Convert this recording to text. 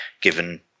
given